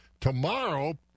tomorrow